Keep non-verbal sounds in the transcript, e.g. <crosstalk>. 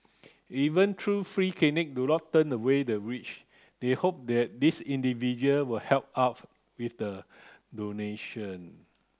even <unintelligible> free clinics do not turn away the rich they hope that these individual would help out with the donation